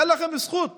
אין לכם זכות